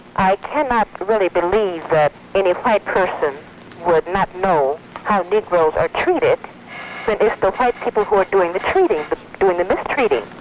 i cannot really believe that any white person would not know how negroes are treated but when it's the white people who are doing the treating doing the mistreating.